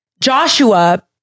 Joshua